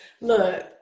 Look